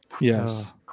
Yes